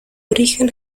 origen